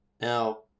Now